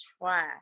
try